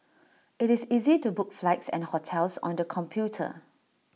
IT is easy to book flights and hotels on the computer